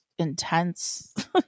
Intense